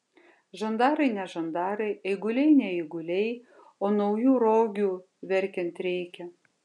žandarai ne žandarai eiguliai ne eiguliai o naujų rogių verkiant reikia